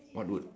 what would